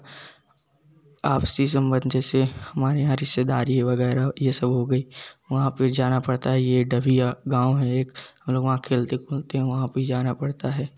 आपसी सम्बन्ध जैसे हमारे यहाँ रिश्तेदारी वगैरह यह सब हो गई वहाँ पर जाना पड़ता है यह दबिया गाँव है एक हम लोग वहाँ खेलते कूदते हैं वहाँ भी जाना पड़ता है